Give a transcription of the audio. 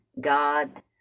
God